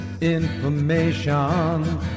Information